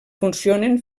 funcionen